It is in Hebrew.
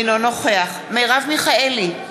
אינו נוכח מרב מיכאלי,